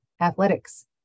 athletics